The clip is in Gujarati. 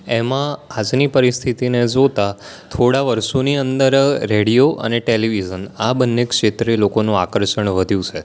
એમાં આજની પરિસ્થિતિને જોતાં થોડાં વર્ષોની અંદર રેડિયો અને ટેલિવિઝન આ બંને ક્ષેત્રે લોકોનું આકર્ષણ વધ્યું છે